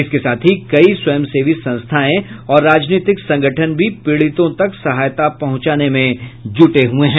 इसके साथ ही कई स्वयं सेवी संस्थायें और राजनीतिक संगठन की पीड़ितों तक सहायता पहुंचाने में जूटे हैं